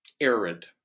arid